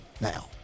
now